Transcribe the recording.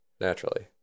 naturally